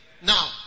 Now